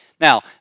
Now